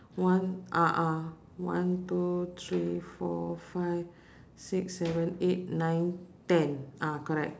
one a'ah one two three four five six seven eight nine ten ah correct